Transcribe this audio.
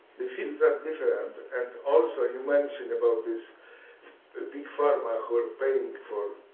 the fields are different, and also you mentioned about this big pharma who are paying for